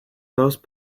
those